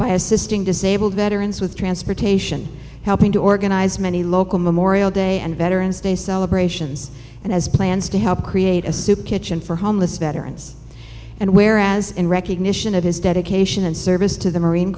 by assists disabled veterans with transportation helping to organize many local memorial day and veterans day celebrations and has plans to help create a soup kitchen for homeless veterans and where as in recognition of his dedication and service to the marine